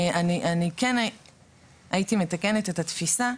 אני כן הייתי מתקנת את התפיסה,